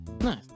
Nice